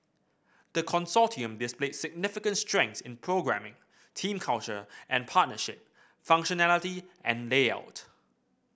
the Consortium displayed significant strength in programming team culture and partnership functionality and layout